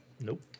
Nope